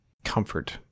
comfort